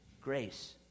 grace